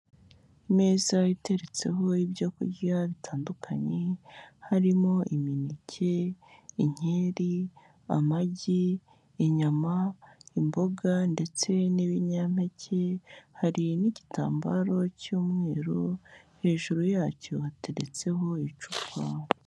Imeza iteretseho ibyo kurya bitandukanye harimo imineke, inkeri, amagi, inyama, imboga ndetse n'ibinyampeke, hari n'igitambaro cy'umweru, hejuru yacyo hateretseho icupa